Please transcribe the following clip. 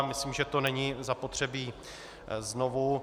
Myslím, že to není zapotřebí znovu.